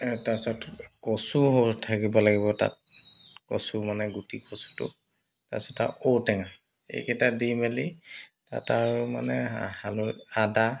তাৰপিছত কচু থাকিব লাগিব তাত কচু মানে গুটি কচুটো তাৰপিছত আৰু ঔ টেঙা এইকেইটা দি মেলি তাত আৰু মানে হাল আদা